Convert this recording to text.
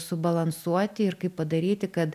subalansuoti ir kaip padaryti kad